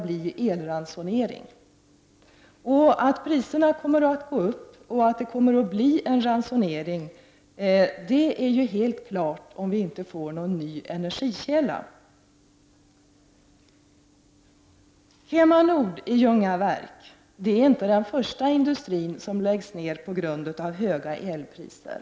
Det står helt klart att priserna kommer att gå upp och att det kommer att bli en ransonering, om vi inte får någon ny energikälla. KemaNord i Ljungaverk är inte den första industri som läggs ned på grund av höga elpriser.